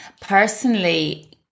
Personally